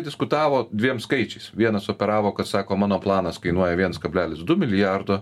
diskutavo dviem skaičiais vienas operavo kad sako mano planas kainuoja viens kablelis du milijardo